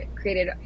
created